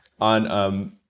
on